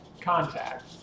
contact